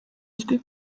uzwi